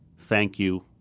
thank you.